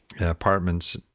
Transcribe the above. apartments